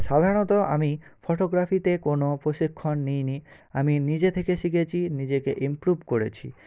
সাধারণত আমি ফটোগ্রাফিতে কোন প্রশিক্ষণ নিইনি আমি নিজে থেকে শিখেছি নিজেকে ইমপ্রুভ করেছি